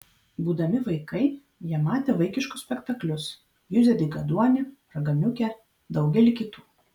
būdami vaikai jie matė vaikiškus spektaklius juzę dykaduonį raganiukę daugelį kitų